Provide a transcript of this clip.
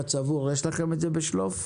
הצבור, יש לכם את זה בשלוף?